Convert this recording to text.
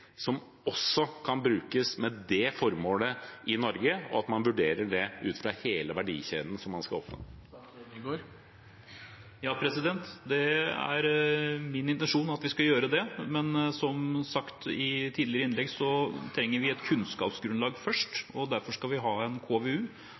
som også kan brukes med det formålet i Norge, og at man vurderer det ut fra hele verdikjeden man skal oppnå? Ja, det er min intensjon at vi skal gjøre det, men som sagt i tidligere innlegg trenger vi et kunnskapsgrunnlag først,